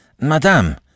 madame